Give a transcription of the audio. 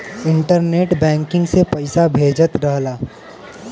internet banking से पइसा भेजत रहला